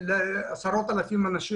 לסיפור של עשרות אלפי אנשים,